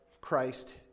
Christ